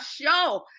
show